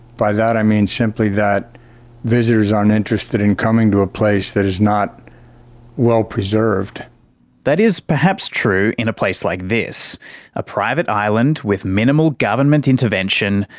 by that i mean simply that visitors aren't interested in coming to a place that is not well preserved that is perhaps true in a place like this a private island with minimal government intervention,